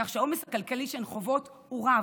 כך שהעומס הכלכלי שהן חוות הוא רב.